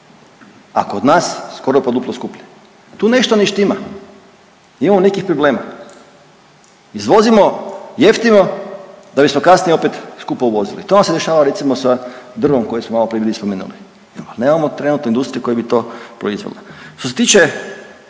a kod nas skoro pa duplo skuplje. Tu nešto ne štima, imamo nekih problema. Izvozimo jeftino da bismo kasnije opet skupo uvozili, to vam se dešava recimo sa drvom koji smo malo prije bili spomenuli. Nemamo trenutnu industriju koja bi to proizvela. Što se tiče